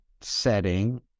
setting